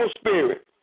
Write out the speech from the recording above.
spirit